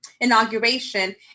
inauguration